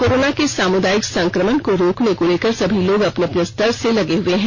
corona के सामुदायिक संक्रमण को रोकने को लेकर सभी लोग अपने अपने स्तर पर लगे हुए हैं